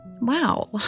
Wow